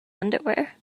underwear